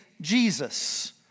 Jesus